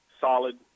solid